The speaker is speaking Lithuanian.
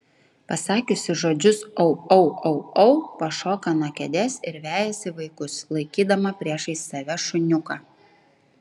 pasakiusi žodžius au au au au pašoka nuo kėdės ir vejasi vaikus laikydama priešais save šuniuką